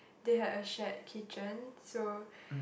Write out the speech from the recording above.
they had a shared kitchen so